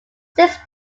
since